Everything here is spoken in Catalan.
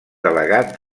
delegat